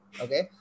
okay